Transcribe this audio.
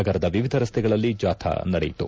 ನಗರದ ವಿವಿಧ ರಸ್ತೆಗಳಲ್ಲಿ ಜಾಥ ನಡೆಯಿತು